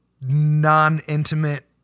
non-intimate